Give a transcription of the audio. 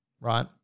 right